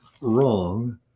wrong